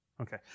Okay